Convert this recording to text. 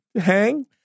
hang